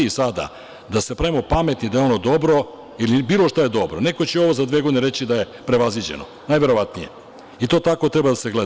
Sada da se pravimo pametni da je ono dobro ili bilo šta da je dobro, jer neko će za dve godine reći da je prevaziđeno, najverovatnije i to tako treba da se gleda.